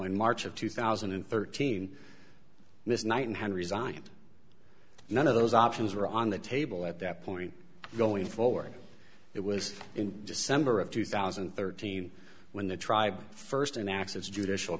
march of two thousand and thirteen ms knight and had resigned none of those options were on the table at that point going forward it was in december of two thousand and thirteen when the tribe first in access judicial